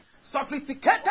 sophisticated